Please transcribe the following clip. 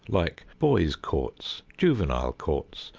like boys' courts, juvenile courts,